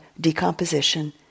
decomposition